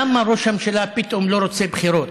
למה ראש הממשלה פתאום לא רוצה בחירות,